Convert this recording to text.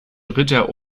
ritter